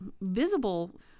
visible